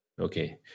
Okay